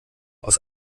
aus